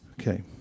Okay